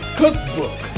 cookbook